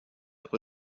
oder